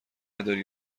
داری